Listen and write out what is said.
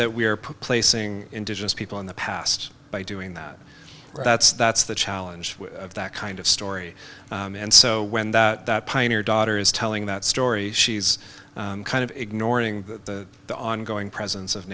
that we are placing indigenous people in the past by doing that that's that's the challenge of that kind of story and so when the pioneer daughter is telling that story she's kind of ignoring the ongoing presence of